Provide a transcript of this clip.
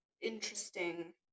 interesting